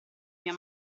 mia